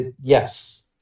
Yes